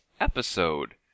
episode